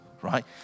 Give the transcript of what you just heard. right